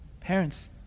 parents